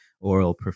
oral